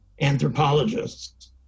anthropologists